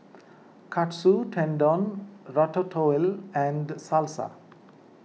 Katsu Tendon Ratatouille and Salsa